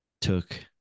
took